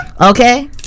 Okay